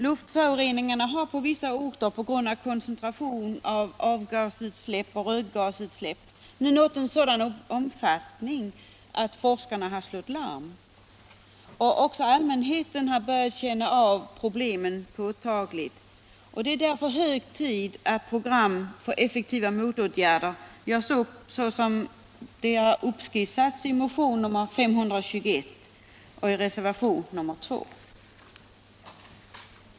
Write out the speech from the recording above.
Luftföroreningarna har på vissa orter på grund av koncentration av avgasutsläpp och rökgasutsläpp nu nått en sådan omfattning att forskarna slagit larm. Även allmänheten har börjat känna av problemen påtagligt. Det är därför hög tid att program för effektiva motåtgärder görs upp såsom skissas i motionen 521 och i reservationen 2.